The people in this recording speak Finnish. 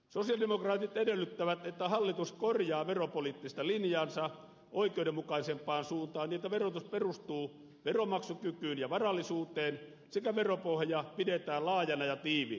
sosialidemokraatit edellyttävät että hallitus korjaa veropoliittista linjaansa oikeudenmukaisempaan suuntaan niin että verotus perustuu veronmaksukykyyn ja varallisuuteen sekä veropohja pidetään laajana ja tiiviinä